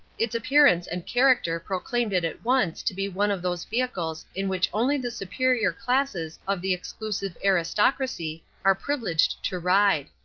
its appearance and character proclaimed it at once to be one of those vehicles in which only the superior classes of the exclusive aristocracy are privileged to ride.